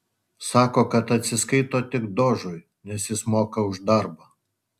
sako kad atsiskaito tik dožui nes jis moka už darbą